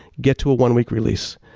get to a one week release.